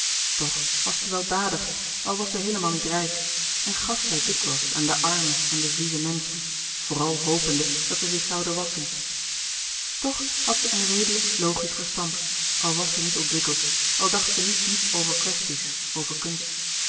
toch was zij weldadig al was zij heelemaal niet rijk en gaf zij dikwijls aan de arme en de vieze menschen vooral hopende dat zij zich zouden wasschen louis couperus de boeken der kleine zielen toch had zij een redelijk logisch verstand al was zij niet ontwikkeld al dacht zij niet diep over kwesties over kunst